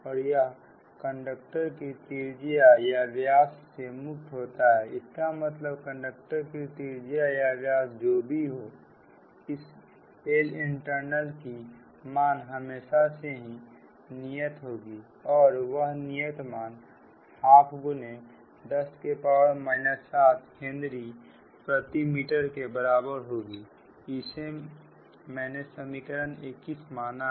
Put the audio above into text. और यह कंडक्टर की त्रिज्या या व्यास से मुक्त होता है इसका मतलब कंडक्टर की त्रिज्या या व्यास जो भी हो इस Lint की मान हमेशा से ही नियत होगी और वह नियत मान 12x10 7हेनरी प्रति मीटर के बराबर होगी इसे मैंने समीकरण 21 माना है